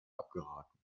abgeraten